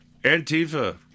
Antifa